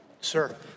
Sir